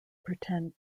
pretend